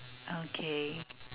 okay